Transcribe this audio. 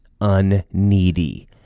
unneedy